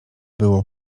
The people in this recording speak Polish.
było